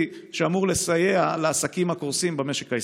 שאמור לסייע לעסקים הקורסים במשק הישראלי?